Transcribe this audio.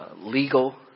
legal